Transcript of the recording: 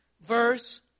verse